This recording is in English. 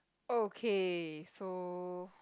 okay so